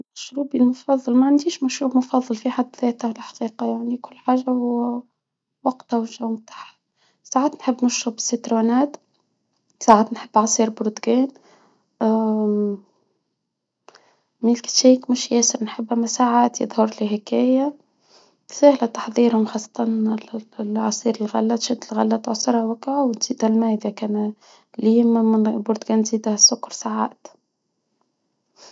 مشروبي المفظل ما عنديش مشروب مفظل فيه حطيت على الحقيقة يعني كل حاجة وقتها والجو بتاعها. ساعات نحب نشرب سيترونات ساعات نحب عصير برتقال ميلك تشيك مش ياس نحبها يظهر لي هكايا. سهل تحضيرهم خاصة العصير الغله تشد الغلة تعصرهم ودلما إذا كان ليما البرتقال تزيد السكر ساعات.